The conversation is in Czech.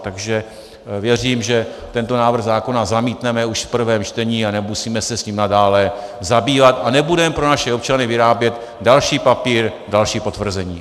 Takže věřím, že tento návrh zákona zamítneme už v prvém čtení a nemusíme se s ním nadále zabývat a nebudeme pro naše občany vyrábět další papír a další potvrzení.